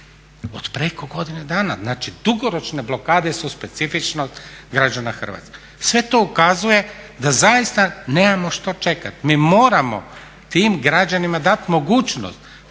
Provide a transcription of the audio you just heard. od preko godine dana. Znači, dugoročne blokade su specifičnost građana Hrvatske. Sve to ukazuje da zaista nemamo što čekati. Mi moramo tim građanima dati mogućnost.